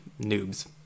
noobs